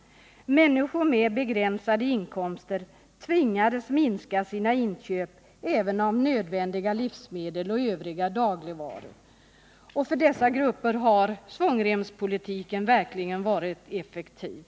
Människor med begränsade inkomster tvingades minska sina inköp även av nödvändiga livsmedel och övriga dagligvaror. För dessa grupper har svångremspolitiken verkligen varit effektiv.